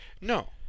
No